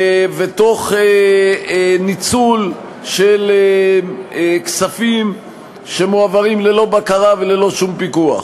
ותוך ניצול של כספים שמועברים ללא בקרה וללא שום פיקוח.